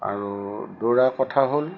আৰু দৌৰা কথা হ'ল